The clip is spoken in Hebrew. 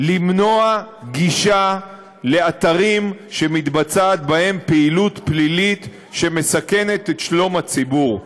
למנוע גישה לאתרים שמתבצעת בהם פעילות פלילית שמסכנת את שלום הציבור.